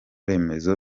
remezo